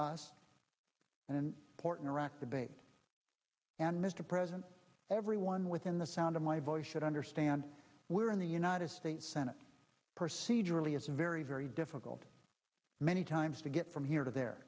us and in port in iraq debate and mr president everyone within the sound of my voice should understand we're in the united states senate percy generally is very very difficult many times to get from here to there